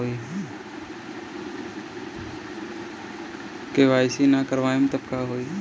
KYC ना करवाएम तब का होई?